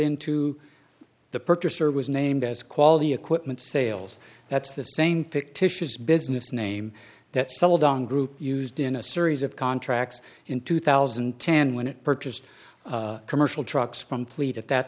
into the purchaser was named as quality equipment sales that's the same fictitious business name that sold on group used in a series of contracts in two thousand and ten when it purchased commercial trucks from fleet at that